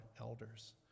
elders